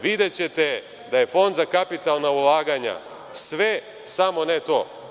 Videćete da je Fond za kapitalna ulaganja sve, samo ne to.